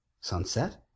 sunset